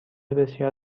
بسیار